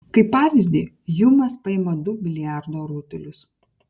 kaip pavyzdį hjumas paima du biliardo rutulius